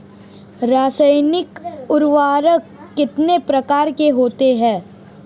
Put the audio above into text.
रासायनिक उर्वरक कितने प्रकार के होते हैं?